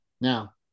Now